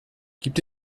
gibt